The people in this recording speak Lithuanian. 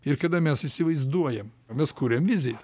ir kada mes įsivaizduojam mes kuriam viziją